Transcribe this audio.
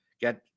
get